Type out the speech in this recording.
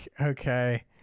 Okay